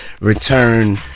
return